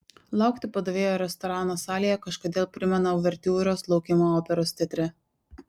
laukti padavėjo restorano salėje kažkodėl primena uvertiūros laukimą operos teatre